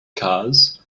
cars